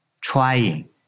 trying